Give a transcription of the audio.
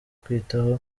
kwitaho